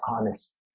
honest